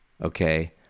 okay